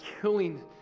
killing